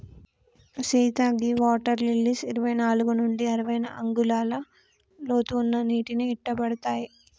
సీత గీ water lilies ఇరవై నాలుగు నుండి అరవై అంగుళాల లోతు ఉన్న నీటిని ఇట్టపడతాయి